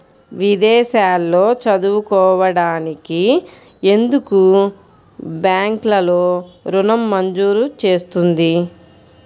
విదేశాల్లో చదువుకోవడానికి ఎందుకు బ్యాంక్లలో ఋణం మంజూరు చేస్తుంది?